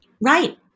Right